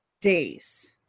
days